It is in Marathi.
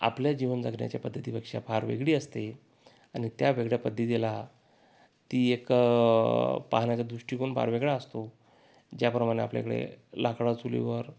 आपल्या जीवन जगण्याच्या पद्धतीपेक्षा फार वेगळी असते आणि त्या वेगळया पद्धतीला ती एक पाहण्याचा दृष्टीकोन फार वेगळा असतो ज्याप्रमाणे आपल्याकडे लाकडं चुलीवर